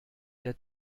der